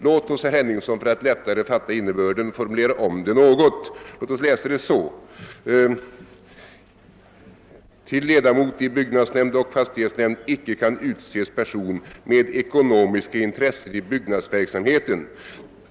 Låt oss, herr Henningsson, för att lättare fatta innebörden formulera om detta något: »——— till ledamot i byggnadsnämnd och fastighetsnämnd icke kan utses person med ekonomiska intressen i byggnadsverksamheten.